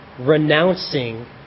renouncing